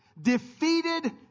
defeated